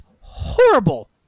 horrible